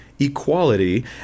Equality